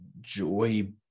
Joy